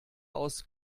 aus